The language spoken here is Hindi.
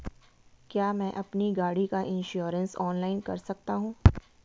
क्या मैं अपनी गाड़ी का इन्श्योरेंस ऑनलाइन कर सकता हूँ?